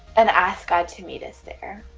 and ask god to meet us there